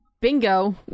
Bingo